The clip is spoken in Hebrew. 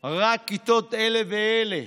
ב-07:00, רק כיתות אלה ואלה.